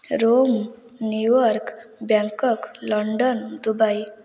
Rome New York Bangkok London Dubai